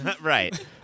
Right